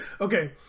Okay